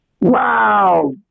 Wow